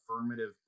affirmative